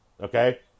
Okay